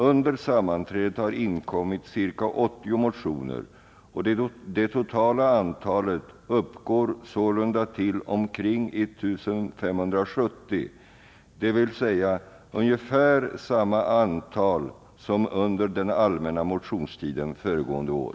Under sammanträdet har inkommit ca 80 motioner, och det totala antalet uppgår sålunda till omkring 1570, dvs. ungefär samma antal som under den allmänna motionstiden föregående år.